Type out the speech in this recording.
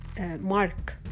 mark